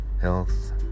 health